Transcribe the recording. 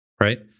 Right